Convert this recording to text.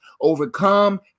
overcome